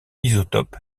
isotope